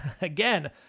again